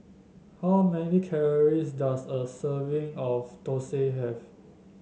how many calories does a serving of thosai have